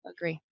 agree